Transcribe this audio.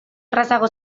errazago